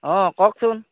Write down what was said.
অ' কওকচোন